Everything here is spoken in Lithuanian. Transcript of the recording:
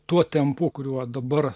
tuo tempu kuriuo dabar